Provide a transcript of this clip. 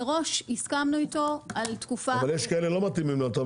מראש הסכמנו איתו על תקופה --- אבל יש כאלה שלא מתאימים לתמ"א,